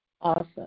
Awesome